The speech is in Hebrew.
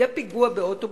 יהיה פיגוע באוטובוס,